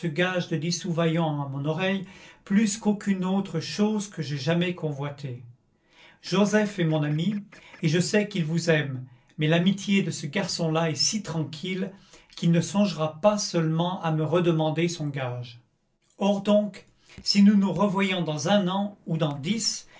gage de dix sous vaillant à mon oreille plus qu'aucune autre chose que j'aie jamais convoitée joseph est mon ami et je sais qu'il vous aime mais l'amitié de ce garçon-là est si tranquille qu'il ne songera pas seulement à me redemander son gage or donc si nous nous revoyons dans un an ou dans dix